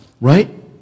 right